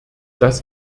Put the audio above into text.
das